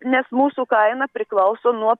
nes mūsų kaina priklauso nuo